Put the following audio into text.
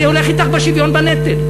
אני הולך אתך בשוויון בנטל.